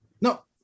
No